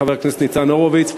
חבר הכנסת ניצן הורוביץ,